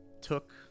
took